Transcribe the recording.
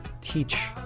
teach